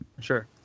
Sure